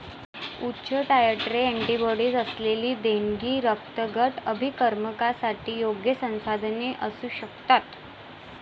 उच्च titre antibodies असलेली देणगी रक्तगट अभिकर्मकांसाठी योग्य संसाधने असू शकतात